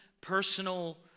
personal